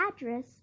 address